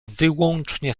wyłącznie